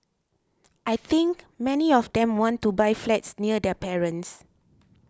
I think many of them want to buy flats near their parents